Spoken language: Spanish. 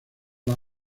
las